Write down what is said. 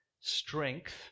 Strength